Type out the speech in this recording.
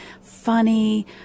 funny